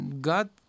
God